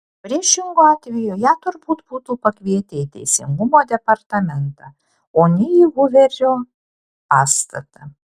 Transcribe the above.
priešingu atveju ją turbūt būtų pakvietę į teisingumo departamentą o ne į huverio pastatą